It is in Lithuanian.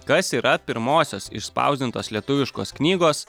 kas yra pirmosios išspausdintos lietuviškos knygos